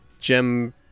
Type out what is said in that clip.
gem